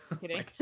Kidding